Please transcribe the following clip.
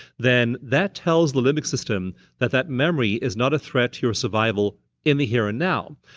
then that tells the limbic system that that memory is not a threat your survival in the here and now.